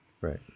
Right